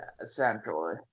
essentially